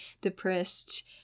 depressed